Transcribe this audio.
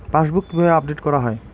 Passbook কিভাবে update করা হয়?